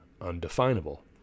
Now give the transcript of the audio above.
undefinable